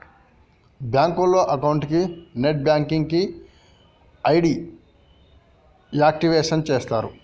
బ్యాంకులో అకౌంట్ కి net banking కి ఐడి యాక్టివేషన్ చేస్తరు